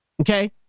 Okay